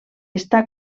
està